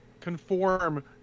conform